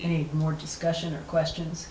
any more discussion or questions